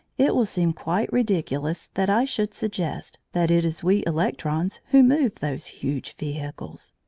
it will seem quite ridiculous that i should suggest that it is we electrons who move those huge vehicles.